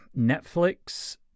Netflix